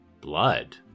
Blood